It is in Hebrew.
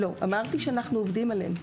אמרתי שאנחנו עובדים עליהם.